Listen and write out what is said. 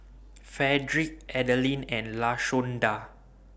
Fredrick Adalyn and Lashonda